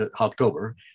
October